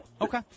Okay